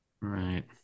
right